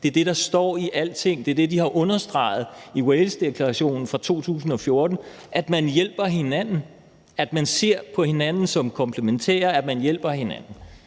Det er det, der står i alting. Det er det, de har understreget i Walesdeklarationen fra 2014: at man hjælper hinanden. Man ser hinanden som komplementære, og man hjælper hinanden.